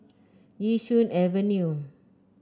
Yishun Avenue